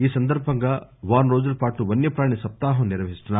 ఈ సందర్బంగా వారం రోజులపాటు వన్య ప్రాణి సప్తాహం నిర్వహిస్తున్నారు